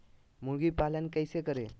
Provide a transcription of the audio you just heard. मुर्गी पालन कैसे करें?